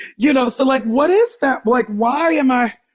you know, so like, what is that? like why am i?